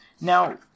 Now